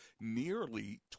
nearly